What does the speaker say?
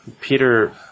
Peter